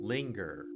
Linger